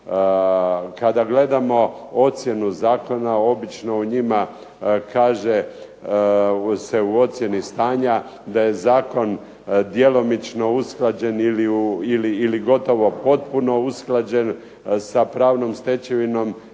Kada gledamo ocjenu zakona obično u njima kaže se u ocjeni stanja da je zakon djelomično usklađen ili gotovo potpuno usklađen sa pravnom stečevinom